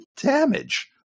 damage